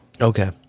Okay